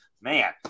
man –